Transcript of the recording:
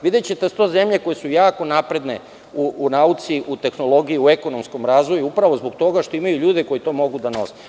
Videćete da su to zemlje koje su jako napredne u nauci, u tehnologiji, u ekonomskom razvoju upravo zbog toga što imaju ljude koji to mogu da nose.